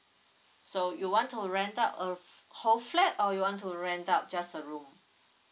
so you want to rent out a whole flat or you want to rent out just a room